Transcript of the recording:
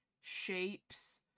shapes